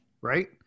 right